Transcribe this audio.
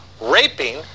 raping